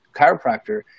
chiropractor